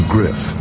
Griff